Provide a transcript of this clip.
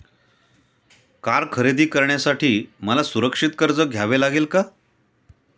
Car खरेदी करण्यासाठी मला सुरक्षित कर्ज घ्यावे लागेल का?